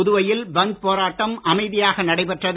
புதுவையில் பந்த் போராட்டம் அமைதியாக நடைபெற்றது